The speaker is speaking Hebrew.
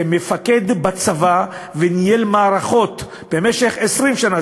כמפקד בצבא וניהל מערכות במשך 20 שנה,